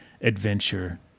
adventure